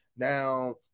Now